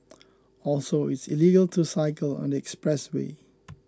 also it's illegal to cycle on the expressway